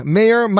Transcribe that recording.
Mayor